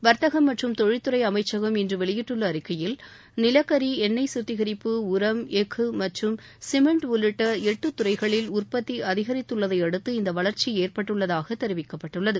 வர்த்தகம் மற்றும் தொழில்துறை அமைச்சகம் இன்று வெளியிட்டுள்ள அறிக்கையில் நிலக்கரி எண்ணெய் கத்திகிட்டு உரம் எஃகு மற்றும் சிமெண்ட உள்ளிட்ட எட்டு துறைகளில் உற்பத்தி அதிகரித்துள்ளதையடுத்து இந்த வளர்ச்சி ஏற்பட்டுள்ளதாக தெரிவிக்கப்பட்டுள்ளது